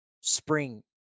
spring